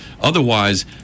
otherwise